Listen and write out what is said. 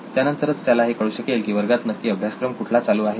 त्यानंतरच त्याला हे कळू शकेल की वर्गात नक्की अभ्यासक्रम कुठला चालू आहे